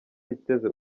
biteze